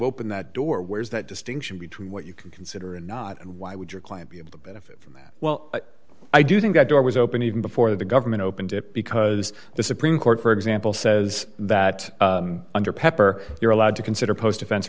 opened that door where's that distinction between what you can consider and not and why would your client be able to benefit from that well i do think that door was open even before the government opened it because the supreme court for example says that under pepper you're allowed to consider post offense